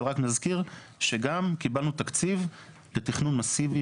אבל רק נזכיר שגם קיבלנו תקציב לתכנון מסיבי